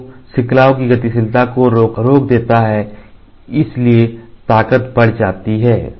जो श्रृंखलाओं की गतिशीलता को रोक देता है इसलिए ताकत बढ़ जाती है